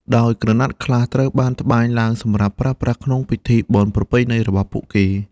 ដោយក្រណាត់ខ្លះត្រូវបានត្បាញឡើងសម្រាប់ប្រើប្រាស់ក្នុងពិធីបុណ្យប្រពៃណីរបស់ពួកគេ។